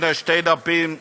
הנה, שני דפים מלאים.